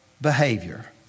behavior